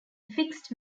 fixed